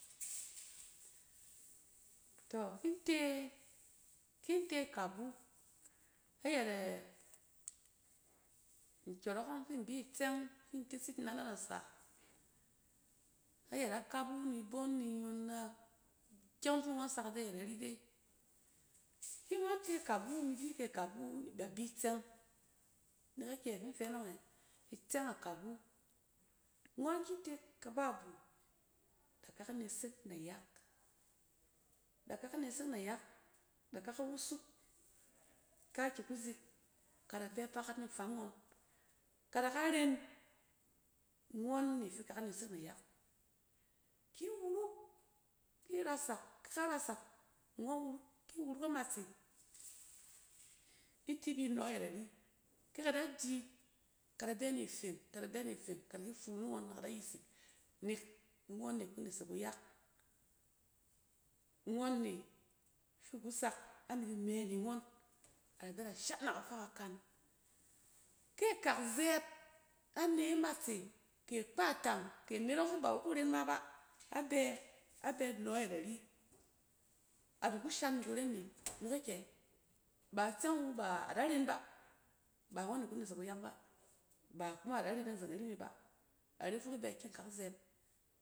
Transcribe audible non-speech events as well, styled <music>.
<noise> tↄ ite-ki te akabu a yɛt a-nkyↄnrↄk fi in bi tsɛng fi in tes yit ina na nasa, ayɛt akabu ni ibon, ni nyon a ikyɛng ↄng fi ngↄn sak ide na yɛt ari dai. Ki ngↄn te akabu, imi di kyɛ akabu da bi tsɛng, nek akyɛ fi in fɛ anↄng ɛ? Itsɛng akabu, ngↄn ki ite k aba bu, da kaka nesek nayak. Da kaka kuzik ka da bɛ bakat ni faam ngↄn, kada ka ren ngↄn ne fi kaka nesek nayak. Ki wuruk ki rasak-ka rasak ngↄn wuruk ki wuruk a matse, iti nbu nↄ ayɛt ari kɛ ka da di, kada bɛ ni feng kada bɛ ni feng ni ngↄn ka da yisik nek ngↄn ne ku nesek kuyak, ngↄn ne fi ku sak ami di mɛ ni ngↄn ada bv ada shan na kafa kakan kɛ akak zɛɛt ane amatse ke akpatang ke anet yↄng fɛ ba wu kuren ma ba abɛ a bɛ nↄ ayɛt ari, ada kushan ni kuren ne nek akyɛ? Ba tsɛng wu, baa da ren ma ba, ba ngↄn ne ku nesek kuyak ba, ba kuma ada ren a zeng na ri me ba a ren fok ibɛ ki kak zɛɛt.